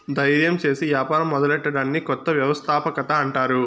దయిర్యం సేసి యాపారం మొదలెట్టడాన్ని కొత్త వ్యవస్థాపకత అంటారు